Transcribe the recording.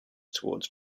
towards